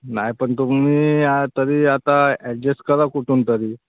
नाही पण तुम्ही तरी आता ॲडजेस्ट करा कुठून तरी